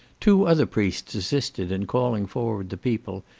two other priests assisted in calling forward the people,